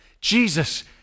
Jesus